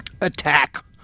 attack